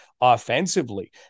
offensively